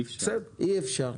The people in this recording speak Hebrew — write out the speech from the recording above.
אי אפשר.